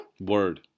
Word